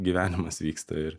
gyvenimas vyksta ir